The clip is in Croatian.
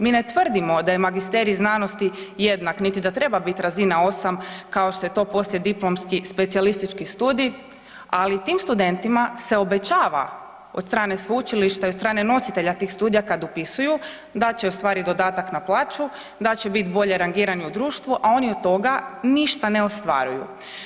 Mi ne tvrdimo da je magisterij znanosti jednak niti da treba biti razina 8 kao što je to poslijediplomski specijalistički studij, ali tim studentima se obećava od strane sveučilišta i od strane nositelja tih studija kad upisuju, da će ostvariti dodatak na plaću, da će biti bolje rangirani u društvu a oni od toga ništa ne ostvaruju.